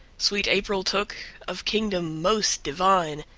sweet april took, of kingdom most divine,